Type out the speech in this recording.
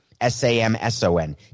S-A-M-S-O-N